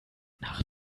nach